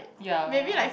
ya